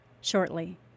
shortly